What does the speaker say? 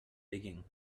digging